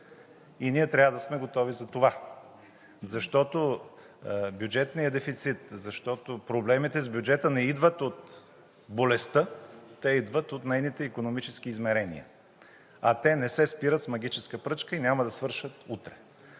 и ние трябва да сме готови за това, защото бюджетният дефицит, защото проблемите с бюджета не идват от болестта – те идват от нейните икономически измерения, а те не се спират с магическа пръчка и няма да свършат утре.